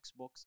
Xbox